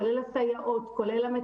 כולל הסייעות,